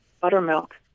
buttermilk